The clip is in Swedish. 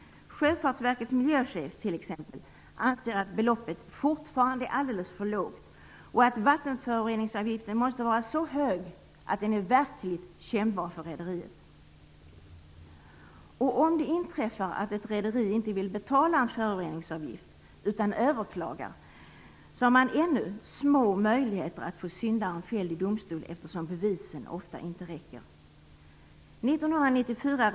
Sjöfartsverkets miljöchef t.ex. anser att beloppet fortfarande är alldeles för lågt och att vattenföroreningsavgiften måste vara så hög att den är verkligt kännbar för rederiet. Om det inträffar att ett rederi inte vill betala en föroreningsavgift utan överklagar, har man ännu små möjligheter att få syndaren fälld i domstol, eftersom bevisen ofta inte är tillräckliga.